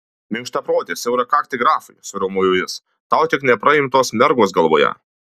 minkštaproti siaurakakti grafai suriaumojo jis tau tik nepraimtos mergos galvoje